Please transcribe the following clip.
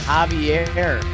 Javier